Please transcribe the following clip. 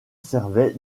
servait